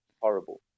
horrible